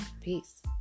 peace